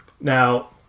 Now